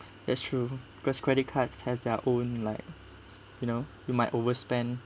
that's true because credit cards has their own like you know you might overspend